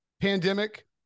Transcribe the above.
pandemic